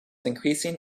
increasing